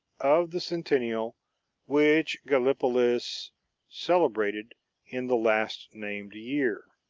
of the centennial which gallipolis celebrated in the last-named year.